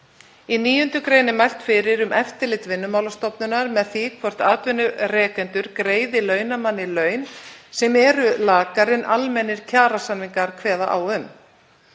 Í 9. gr. er mælt fyrir um eftirlit Vinnumálastofnunar með því hvort atvinnurekendur greiði launamanni laun sem eru lakari en almennir kjarasamningar kveða á um.